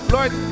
Lord